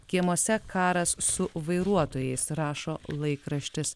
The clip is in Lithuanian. kiemuose karas su vairuotojais rašo laikraštis